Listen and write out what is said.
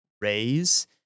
raise